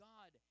God